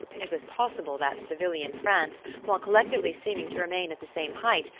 it was possible that civilian france, while collectively seeming to remain at the same height,